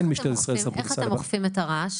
איך אתם אוכפים את הרעש?